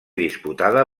disputada